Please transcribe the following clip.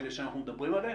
אלה שאנחנו מדברים עליהם?